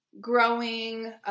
growing